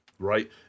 right